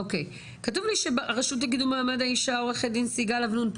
כתוב לי שמהרשות למעמד האישה צריכה להיות פה סיגל אבנון,